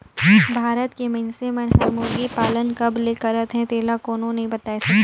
भारत के मइनसे मन हर मुरगी पालन कब ले करत हे तेला कोनो नइ बताय सके